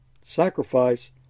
sacrifice